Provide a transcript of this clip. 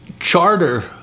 charter